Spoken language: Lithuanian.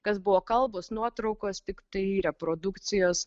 kas buvo kalbos nuotraukos tiktai reprodukcijos